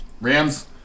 Rams